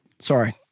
Sorry